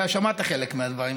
אתה שמעת חלק מהדברים,